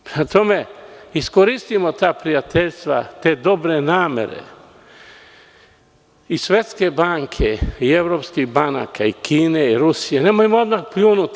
Prema tome, iskoristimo ta prijateljstva, te dobre namere i Svetske banke i evropskih banaka i Kine i Rusije, nemojmo odmah pljunuti.